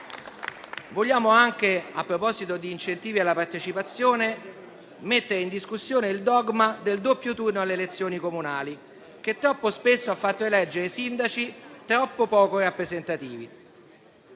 A proposito di incentivi alla partecipazione, vogliamo anche mettere in discussione il dogma del doppio turno alle elezioni comunali, che troppo spesso ha fatto eleggere sindaci troppo poco rappresentativi.